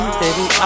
baby